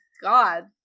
God